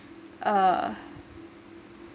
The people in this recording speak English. uh